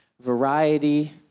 variety